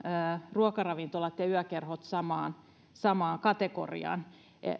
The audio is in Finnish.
ruokaravintolat ja yökerhot samaan samaan kategoriaan